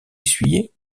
essuyé